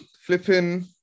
flipping